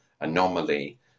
anomaly